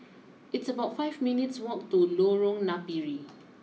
it's about five minutes walk to Lorong Napiri